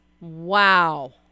Wow